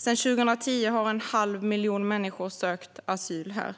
Sedan 2010 har en halv miljon människor sökt asyl här.